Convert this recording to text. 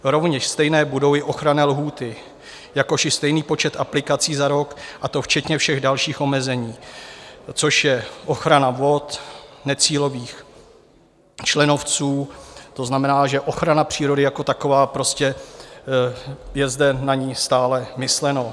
Rovněž stejné budou i ochranné lhůty, jakož i stejný počet aplikací za rok, a to včetně všech dalších omezení, což je ochrana vod, necílových členovců, to znamená, že ochrana přírody jako taková prostě je zde stále na ni myšleno.